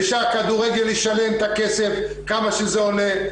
ושהכדורגל ישלם את הכסף כמה שזה עולה,